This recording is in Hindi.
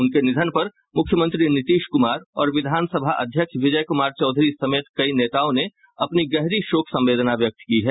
उनके निधन पर मुख्यमंत्री नीतीश कुमार और विधानसभा अध्यक्ष विजय कुमार चौधरी समेत कई नेताओं ने अपनी गहरी शोक संवेदना व्यक्त की है